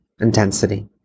intensity